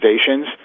stations